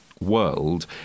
world